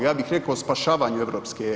Ja bih rekao spašavanju EU.